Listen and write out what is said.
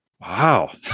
wow